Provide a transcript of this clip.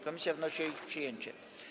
Komisja wnosi o ich przyjęcie.